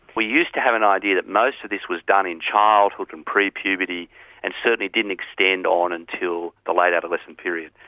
we used to have an idea that most of this was done in childhood and pre-puberty and certainly didn't extend on until the late adolescent period.